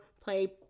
play